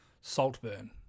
Saltburn